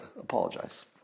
apologize